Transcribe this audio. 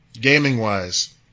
gaming-wise